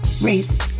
race